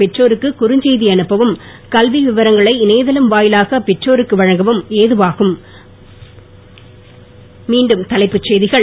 பெற்றோருக்கு குறுஞ்செய்தி அனுப்பவும் கல்வி விவரங்களை இணையதளம் வாயிலாக பெற்றோருக்கு வழங்கவும் ஏதுவாகும் மீண்டும்தலைப்புச் செய்திகள்